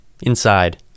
Inside